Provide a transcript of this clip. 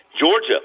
Georgia